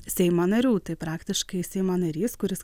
seimo narių tai praktiškai seimo narys kuris